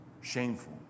shameful